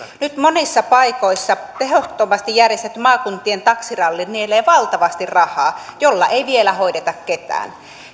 nyt monissa paikoissa tehottomasti järjestetty maakuntien taksiralli nielee valtavasti rahaa jolla ei vielä hoideta ketään